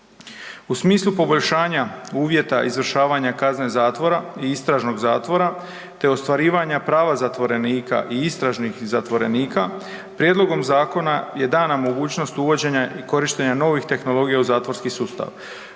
U smislu poboljšanja uvjeta izvršavanja kazne zatvora i istražnog zatvora te ostvarivanja prava zatvorenika i istražnih zatvorenika, prijedlogom zakona je dana mogućnost uvođenja i korištenja novih tehnologija u zatvorski sustav.